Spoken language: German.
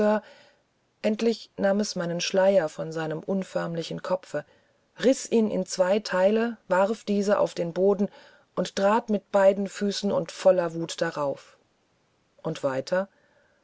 endlich nahm es meinen schleier von seinem unförmlichen kopfe riß ihn in zwei teile warf diese auf den boden und trat mit beiden füßen und voller wut darauf und weiter